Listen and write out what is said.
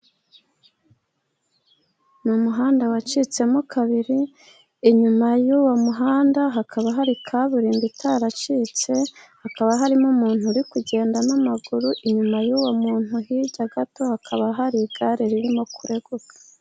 Ni umuhanda wacitsemo kabiri, inyuma y'uwo muhanda hakaba hari kaburimbo itaracitse, hakaba harimo umuntu uri kugenda n'amaguru, inyuma y'uwo muntu hirya gato hakaba hari igare ririmo kureguka.